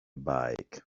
bike